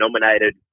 nominated